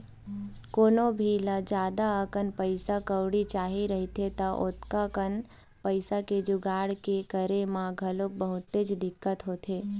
कोनो भी ल जादा अकन पइसा कउड़ी चाही रहिथे त ओतका कन पइसा के जुगाड़ के करे म घलोक बहुतेच दिक्कत होथे